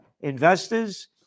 Investors